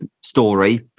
story